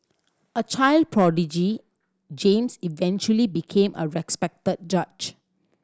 a child prodigy James eventually became a respected judge